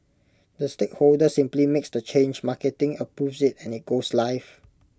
the stakeholder simply makes the change marketing approves IT and IT goes live